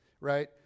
right